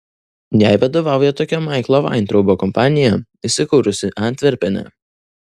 jai vadovauja tokia maiklo vaintraubo kompanija įsikūrusi antverpene